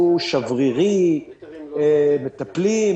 הוא שברירי: מטפלים,